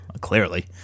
Clearly